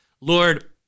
Lord